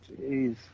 Jeez